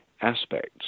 aspects